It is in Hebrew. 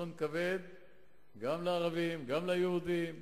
גם לערבים, גם ליהודים,